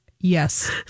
Yes